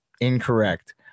incorrect